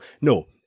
No